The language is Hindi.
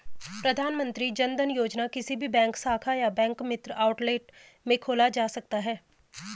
प्रधानमंत्री जनधन योजना किसी भी बैंक शाखा या बैंक मित्र आउटलेट में खोला जा सकता है